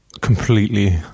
completely